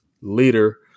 leader